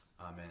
Amen